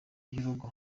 y’urugo